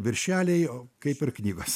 viršeliai o kaip ir knygos